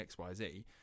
xyz